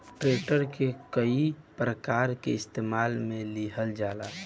tractor के कई प्रकार के इस्तेमाल मे लिहल जाला